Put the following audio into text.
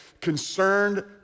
concerned